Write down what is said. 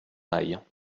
aille